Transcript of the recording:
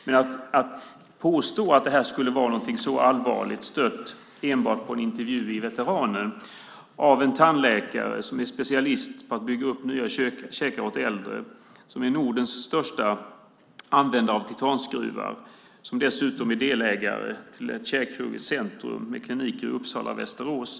Men det påstås att det här skulle vara någonting så allvarligt, och det är stött enbart på en intervju i Veteranen av en tandläkare som är specialist på att bygga upp nya käkar åt äldre, och som är Nordens största användare av titanskruvar och dessutom delägare i ett käkkirurgiskt centrum med kliniker i Uppsala och Västerås.